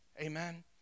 Amen